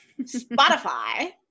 Spotify